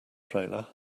trailer